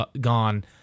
gone